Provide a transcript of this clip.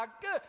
good